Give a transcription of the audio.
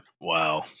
Wow